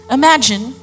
imagine